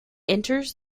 enters